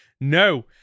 No